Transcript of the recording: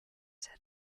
said